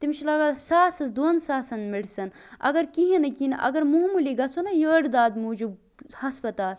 تٔمِس چھُ لگان ساسَس دۄن ساسن میڈِسَن اَگر کِہینۍ نہٕ کِہینۍ نہٕ اَگر معموٗلی گژھو نہ یٔڈ دادِ موٗجوٗب ہَسپَتال